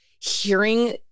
hearing